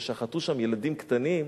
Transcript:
ששחטו שם ילדים קטנים,